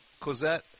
Cosette